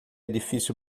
difícil